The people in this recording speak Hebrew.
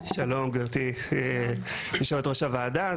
שלום גברתי יושבת ראש הוועדה.